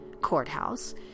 Courthouse